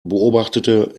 beobachtete